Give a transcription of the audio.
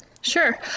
Sure